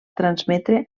transmetre